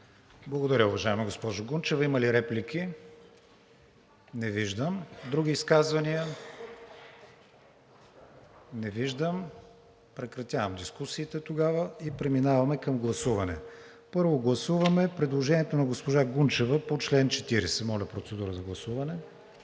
Благодаря, уважаема госпожо Гунчева. Има ли реплики? Не виждам. Други изказвания? Не виждам. Тогава прекратявам дискусиите и преминаваме към гласуване. Първо гласуваме предложението на госпожа Гунчева по чл. 40. Гласували